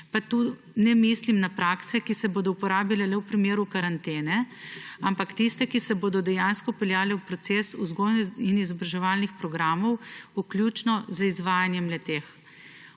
Pa tu ne mislim na prakse, ki se bodo uporabile le v primeru karantene, ampak na tiste, ki se bodo dejansko vpeljale v proces vzgojno-izobraževalnih programov, vključno z izvajanjem le-teh.